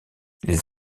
les